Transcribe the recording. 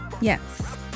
Yes